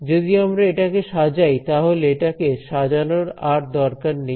যদি আমরা এটাকে সাজাই তাহলে এটাকে সাজানোর আর দরকার নেই